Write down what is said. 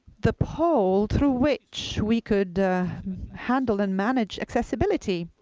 the pole through which we could handle and manage accessibility